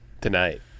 tonight